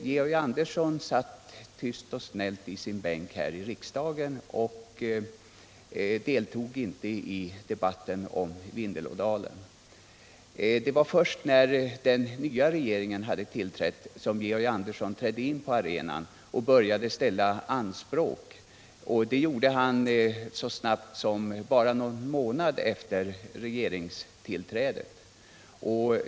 Georg Andersson satt tyst och snällt i sin bänk här i riksdagen och deltog inte i debatten om Vindelådalen. Det var först när den nva regeringen hade tillträtt som Georg Andersson trädde in på arenan och började ställa anspråk. Det gjorde han så snabbt som bara någon månad efter regeringstillträdet.